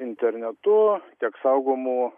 internetu tiek saugomų